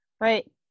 Right